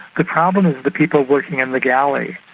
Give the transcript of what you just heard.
the problem is the people working in the galley,